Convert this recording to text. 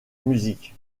music